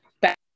back